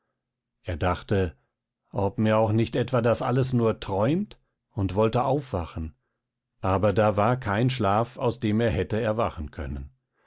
er dachte ob mir auch nicht etwa das alles nur träumt und wollte aufwachen aber da war kein schlaf aus dem er hätte erwachen können